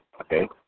okay